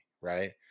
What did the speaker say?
right